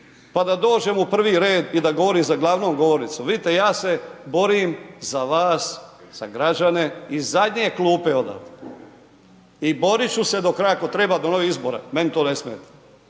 pa da dođem u prvi red i da govorim za glavnom govornicom. Vidite, ja se borim za vas, za građane iz zadnje klupe odavde i borit ću se do kraja ako treba, do novih izbora, meni to ne smeta.